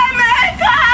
America